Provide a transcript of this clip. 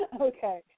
Okay